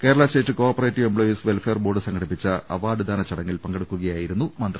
Kerala state co operative employees welfare board സംഘടിപ്പിച്ച അവാർഡ്ദാന ചടങ്ങിൽ പങ്കെടുക്കുകയായിരുന്നു മന്ത്രി